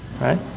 right